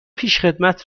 پیشخدمت